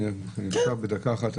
אם אפשר להתייחס בקצרה.